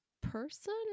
person